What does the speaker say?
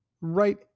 Right